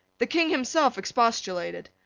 the king himself expostulated.